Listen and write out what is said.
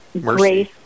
Grace